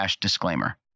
disclaimer